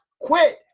quit